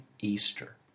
Easter